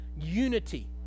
unity